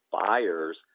buyers